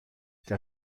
der